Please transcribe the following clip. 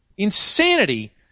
insanity